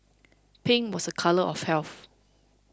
pink was a colour of health